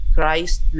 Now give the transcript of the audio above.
Christ